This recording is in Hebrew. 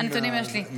את הנתונים יש לי.